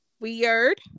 Weird